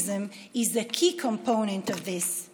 ותיירות היא מרכיב מרכזי בזה.